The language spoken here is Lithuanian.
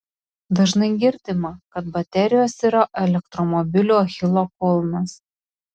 dažnai girdima kad baterijos yra elektromobilių achilo kulnas